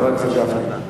חבר הכנסת גפני.